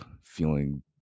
feeling